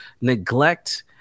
neglect